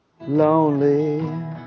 Lonely